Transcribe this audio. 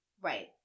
Right